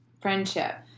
friendship